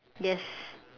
yes